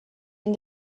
and